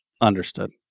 understood